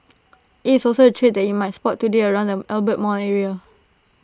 IT is also A trade that you might spot today around the Albert mall area